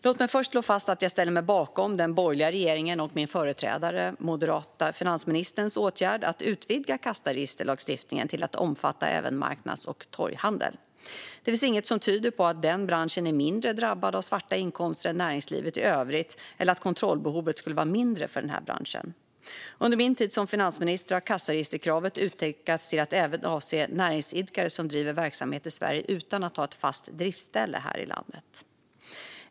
Låt mig först slå fast att jag ställer mig bakom den borgerliga regeringens och min företrädares, den moderata finansministerns, åtgärd att utvidga kassaregisterlagstiftningen till att omfatta även marknads och torghandel. Det finns inget som tyder på att den branschen är mindre drabbad av svarta inkomster än näringslivet i övrigt eller att kontrollbehovet skulle vara mindre för denna bransch. Under min tid som finansminister har kassaregisterkravet utökats till att även avse näringsidkare som driver verksamhet i Sverige utan att ha ett fast driftsställe här i landet.